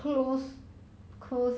ah